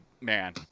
man